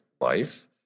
life